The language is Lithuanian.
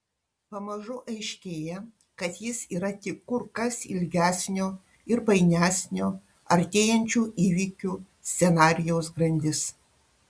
pamažu aiškėja kad jis yra tik kur kas ilgesnio ir painesnio artėjančių įvykių scenarijaus grandis